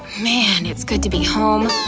man, it's good to be home.